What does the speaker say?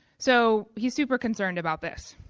so, he's super concerned about this.